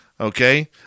Okay